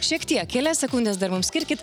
šiek tiek kelias sekundes dirbam skirkit